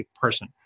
person